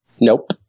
Nope